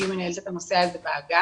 שהיא מנהלת את הנושא הזה באגף,